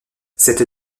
cette